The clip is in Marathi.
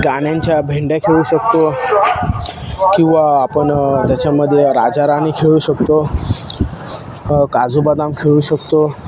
गाण्यांच्या भेंड्या खेळू शकतो किंवा आपण त्याच्यामदे राजाराणी खेळू शकतो काजूबादाम खेळू शकतो